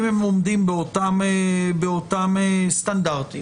אם הם עומדים באותם סטנדרטים.